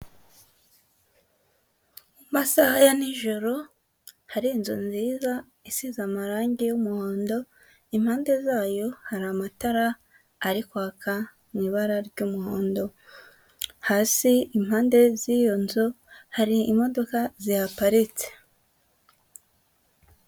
Mu masaha ya nijoro, hari inzu nziza isize amarangi y'umuhondo, impande zayo hari amatara ari kwaka mu ibara ry'umuhondo. Hasi impande z'iyo nzu hari imodoka zihaparitse.